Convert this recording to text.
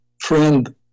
friend